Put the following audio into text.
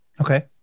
Okay